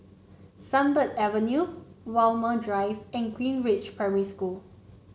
Sunbird Avenue Walmer Drive and Greenridge Primary School